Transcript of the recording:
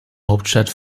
hauptstadt